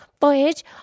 voyage